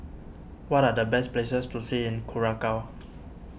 what are the best places to see in Curacao